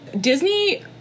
Disney